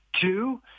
Two